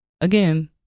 again